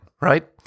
right